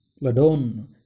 Ladon